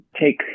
take